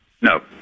No